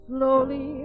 Slowly